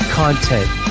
content